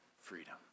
freedom